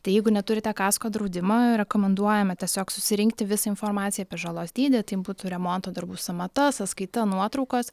tai jeigu neturite kasko draudimo rekomenduojame tiesiog susirinkti visą informaciją apie žalos dydį tai būtų remonto darbų sąmata sąskaita nuotraukos